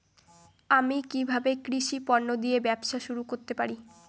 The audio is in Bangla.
আমি কিভাবে কৃষি পণ্য দিয়ে ব্যবসা শুরু করতে পারি?